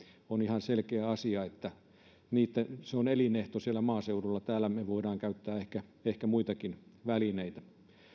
on ihan selkeä asia että auto on elinehto maaseudulla täällä me voimme ehkä käyttää muitakin välineitä